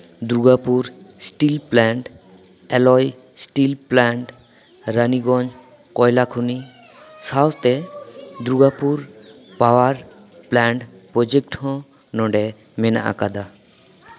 Durgapur steel plant alloy steel plant Raniganj ᱠᱚᱭᱞᱟ ᱠᱷᱚᱱᱤ ᱥᱟᱶᱛᱮ ᱫᱩᱨᱜᱟᱯᱩᱨ ᱯᱟᱣᱟᱨ ᱯᱞᱮᱱᱴ ᱯᱨᱚᱡᱮᱠᱴ ᱦᱚᱸ ᱱᱚᱰᱮ ᱢᱮᱱᱟᱜ ᱟᱠᱟᱫᱟ